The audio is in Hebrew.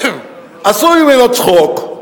עשו ממנו צחוק,